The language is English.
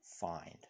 find